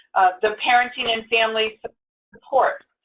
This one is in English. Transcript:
the parenting and family support,